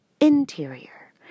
interior